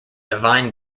divine